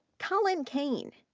colin caine,